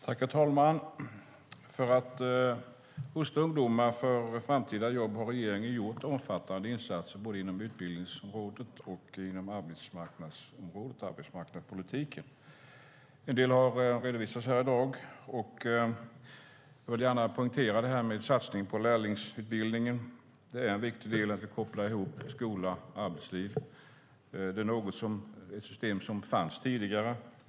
Herr talman! För att rusta ungdomar för framtida jobb har regeringen gjort omfattande insatser både inom utbildningsområdet och inom arbetsmarknadspolitiken. En del har redovisats här i dag, och jag vill gärna poängtera satsningen på lärlingsutbildningen. Det är viktigt att vi kopplar ihop skola och arbetsliv. Det är ett system som fanns tidigare.